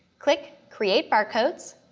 click create barcodes,